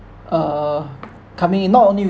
uh coming in not only